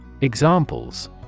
Examples